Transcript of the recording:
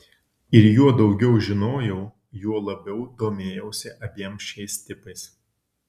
ir juo daugiau žinojau juo labiau domėjausi abiem šiais tipais